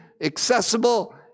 accessible